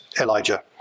Elijah